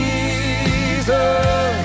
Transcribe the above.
Jesus